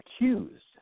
accused